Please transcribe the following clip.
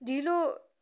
ढिलो